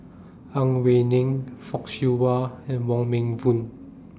Ang Wei Neng Fock Siew Wah and Wong Meng Voon